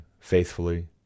faithfully